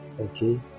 Okay